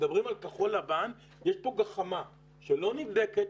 מדברים על כחול לבן יש פה גחמה שלא נבדקת,